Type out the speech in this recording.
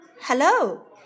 Hello